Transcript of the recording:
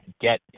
get